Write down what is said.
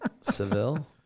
Seville